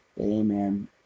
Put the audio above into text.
Amen